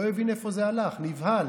לא הבין איפה זה הלך, נבהל,